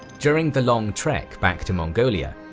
during the long trek back to mongolia,